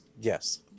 Yes